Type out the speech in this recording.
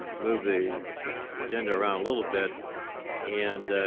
move the agenda around a little bit and